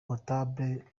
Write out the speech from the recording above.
potable